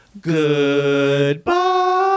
Goodbye